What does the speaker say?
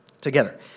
together